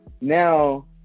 now